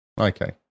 okay